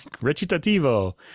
recitativo